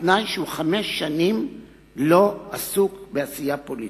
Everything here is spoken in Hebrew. בתנאי שהוא חמש שנים לא עסוק בעשייה פוליטית.